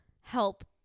help